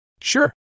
Sure